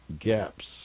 gaps